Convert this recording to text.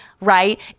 right